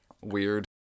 Weird